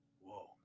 Whoa